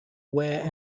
where